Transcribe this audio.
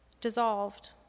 dissolved